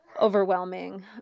overwhelming